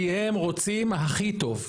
כי הם רוצים הכי טוב.